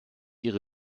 ihre